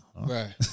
Right